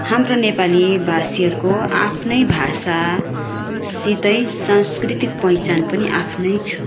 हाम्रो नेपाली भाषीहरूको आफ्नै भाषासितै सांस्कृतिक पहिचान पनि आफ्नै छ